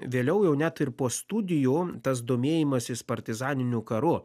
vėliau jau net ir po studijų tas domėjimasis partizaniniu karu